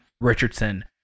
Richardson